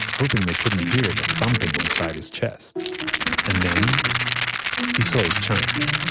hoping they couldn't hear the thumping inside his chest and then he saw his chance.